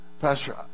Pastor